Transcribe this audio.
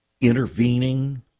intervening